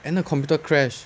then the computer crash